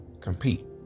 compete